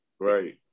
Right